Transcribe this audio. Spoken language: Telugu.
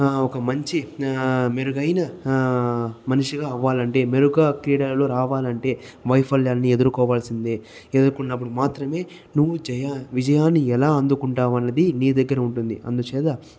ఒక మంచి మెరుగైన మనిషిగా అవ్వాలంటే మెరుగుగా క్రీడలలో రావాలంటే వైఫల్యాన్ని ఎదుర్కోవాల్సిందే ఎదుర్కొన్నప్పుడు మాత్రమే నువ్వు జయ విజయాన్ని ఎలా అందుకుంటావన్నది నీ దగ్గర ఉంటుంది అందుచేత